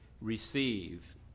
receive